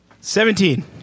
Seventeen